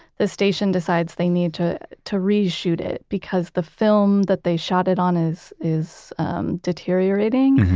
the station decides they need to to reshoot it, because the film that they shot it on is is deteriorating.